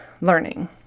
learning